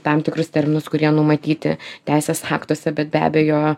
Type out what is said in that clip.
tam tikrus terminus kurie numatyti teisės aktuose bet be abejo